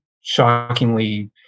shockingly